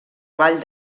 vall